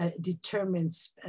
determines